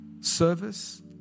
Service